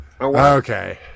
Okay